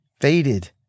faded